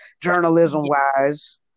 journalism-wise